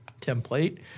template